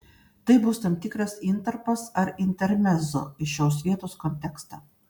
tai bus tam tikras intarpas ar intermezzo į šios vietos kontekstą